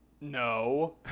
No